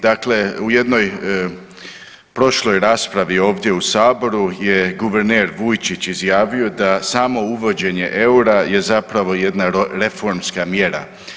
Dakle u jednoj prošloj raspravi ovdje u Saboru je guverner Vujčić izjavio da samo uvođenje eura je zapravo jedna reformska mjera.